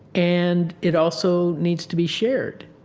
and it also needs to be shared.